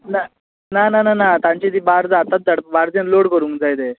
ना ना ना ना ना तांचे ती बार्ज आतांच बार्जेन लोड करूंक जाय ते